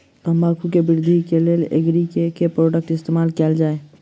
तम्बाकू केँ वृद्धि केँ लेल एग्री केँ के प्रोडक्ट केँ इस्तेमाल कैल जाय?